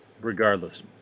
regardless